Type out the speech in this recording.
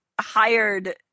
hired